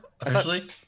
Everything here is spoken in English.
Officially